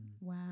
Wow